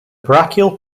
brachial